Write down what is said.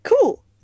cool